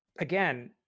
Again